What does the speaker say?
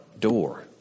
door